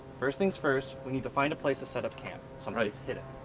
first things first, we need to find a place to set up camp, some place hidden.